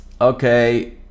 okay